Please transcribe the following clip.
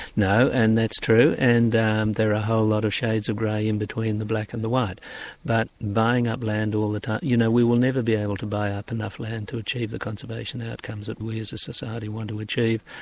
no, and that's true and um there are a whole lot of shades of grey in between the black and the white but buying up land all the time you know we will never be able to buy up enough land to achieve the conservation outcomes that we as a society want to achieve.